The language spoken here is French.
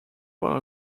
par